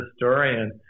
historian